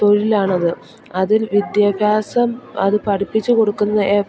തൊഴിലാണത് അതിൽ വിദ്യാഭ്യാസം അത് പഠിപ്പിച്ച് കൊടുക്കുന്ന